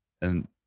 And-